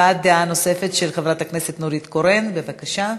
הבעת דעה נוספת של חברת הכנסת נורית קורן, בבקשה.